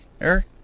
Eric